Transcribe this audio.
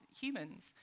humans